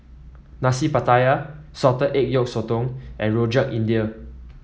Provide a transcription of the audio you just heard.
Nasi Pattaya Salted Egg Yolk Sotong and Rojak India